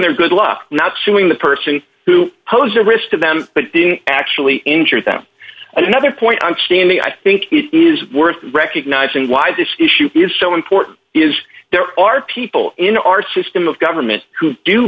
their good luck not suing the person who posed a risk to them but didn't actually injure them another point i'm standing i think it is worth recognizing why this issue is so important is there are people in our system of government who do